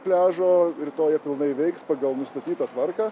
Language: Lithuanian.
pliažo rytoj jie pilnai veiks pagal nustatytą tvarką